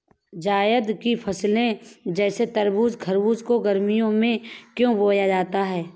जायद की फसले जैसे तरबूज़ खरबूज को गर्मियों में क्यो बोया जाता है?